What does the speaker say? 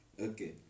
Okay